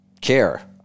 care